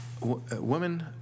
women